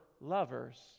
lovers